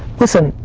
listen,